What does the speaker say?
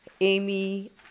Amy